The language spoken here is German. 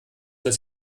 dass